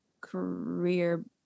career